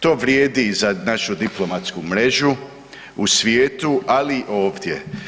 To vrijedi i za našu diplomatsku mrežu u svijetu, ali i ovdje.